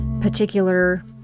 particular